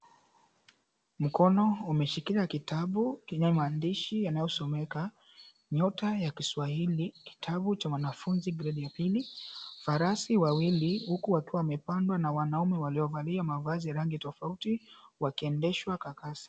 Mkono umeshikilia kitabu kenye maandishi yanayosomeka. Nyota ya Kiswahili. Kitabu cha mwanafunzi gredi ya pili. Farasi wawili huku wakiwa wamepandwa na wanaume waliovalia mavazi rangi tofauti wakiendeshwa kwa kasi.